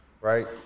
right